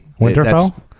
winterfell